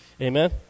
Amen